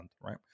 right